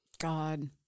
God